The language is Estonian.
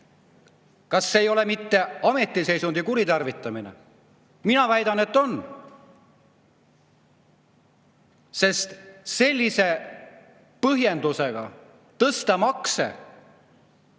sisse, ei ole mitte ametiseisundi kuritarvitamine? Mina väidan, et on, sest sellise põhjendusega tekitatakse